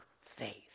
faith